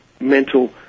mental